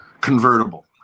convertible